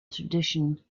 tradition